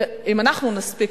אם אנחנו נספיק,